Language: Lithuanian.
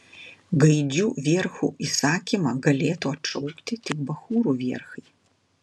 gaidžių vierchų įsakymą galėtų atšaukti tik bachūrų vierchai